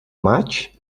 maig